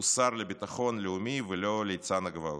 הוא שר לביטחון לאומי, ולא ליצן הגבעות.